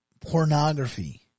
Pornography